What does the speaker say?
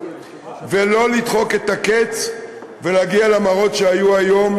ולא לדחוק את הקץ ולהגיע למראות שהיו היום,